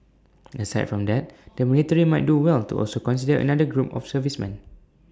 aside from that the military might do well to also consider another group of servicemen